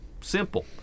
simple